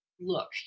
look